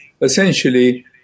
essentially